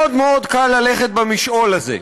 מאוד מאוד קל ללכת משעול הזה,